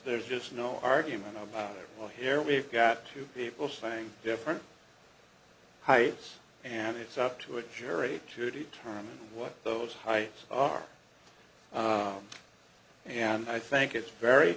there's just no argument about well here we've got two people saying different heights and it's up to a jury to determine what those high are and i think it's very